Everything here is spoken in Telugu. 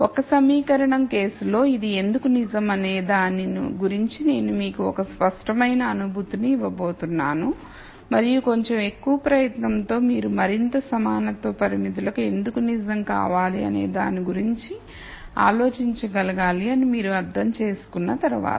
ఒక్క సమీకరణం కేసులో ఇది ఎందుకు నిజం అనే దాని గురించి నేను మీకు ఒక స్పష్టమైన అనుభూతిని ఇవ్వబోతున్నాను మరియు కొంచెం ఎక్కువ ప్రయత్నంతో మీరు మరింత సమానత్వ పరిమితులకు ఎందుకు నిజం కావాలి అనే దాని గురించి ఆలోచించగలగాలి అని మీరు అర్థం చేసుకున్నతర్వాత